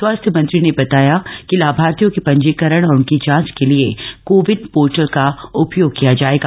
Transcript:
स्वास्थ्य मंत्री ने बताया कि लाभार्थियों के पंजीकरण और उनकी जांच के लिए को विन पोर्टल का उपयोग किया जाएगा